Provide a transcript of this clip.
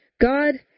God